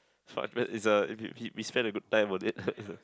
so I is uh he we spend a good time on it